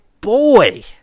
boy